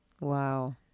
Wow